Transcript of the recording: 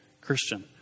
christian